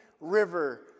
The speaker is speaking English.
river